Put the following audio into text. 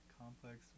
complex